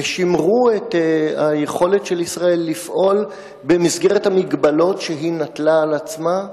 ושימרו את היכולת של ישראל לפעול במסגרת המגבלות שהיא נטלה על עצמה,